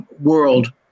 World